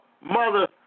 mother